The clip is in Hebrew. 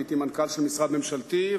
הייתי מנכ"ל של משרד ממשלתי,